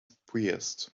priest